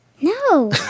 no